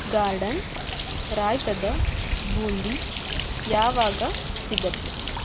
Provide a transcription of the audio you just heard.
garden ರಾಯ್ತದ ಬೂಂದಿ ಯಾವಾಗ ಸಿಗತ್ತೆ